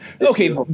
Okay